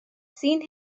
seen